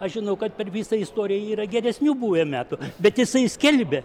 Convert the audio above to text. aš žinau kad per visą istoriją yra geresnių buvę metų bet jisai skelbia